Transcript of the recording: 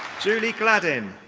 julie gladin.